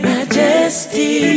Majesty